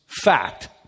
fact